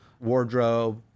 wardrobe